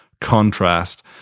contrast